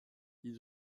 ils